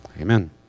amen